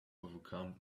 overcome